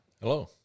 Hello